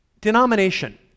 Denomination